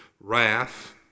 wrath